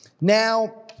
Now